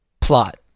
Plot